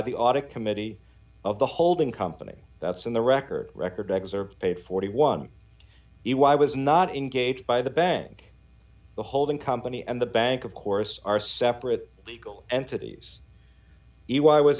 the audit committee of the holding company that's in the record record eggs are paid forty one it why was not engaged by the bank the holding company and the bank of course are separate legal entities e y was